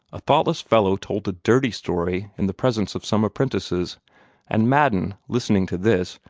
a thoughtless fellow told a dirty story in the presence of some apprentices and madden, listening to this,